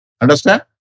Understand